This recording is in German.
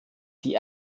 die